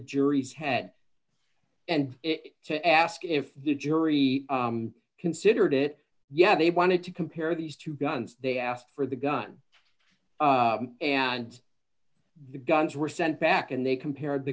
jury's head and to ask if the jury considered it yeah they wanted to compare these two guns they asked for the gun and the guns were sent back and they compared the